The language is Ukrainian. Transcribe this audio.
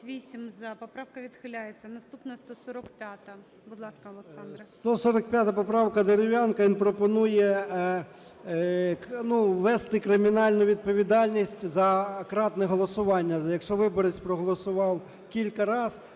Поправка відхиляється. Наступна – 145-а. Будь ласка, Олександре. 13:13:57 ЧЕРНЕНКО О.М. 145 поправка Дерев'янка. Він пропонує ввести кримінальну відповідальність за кратне голосування: якщо виборець проголосував кілька разів,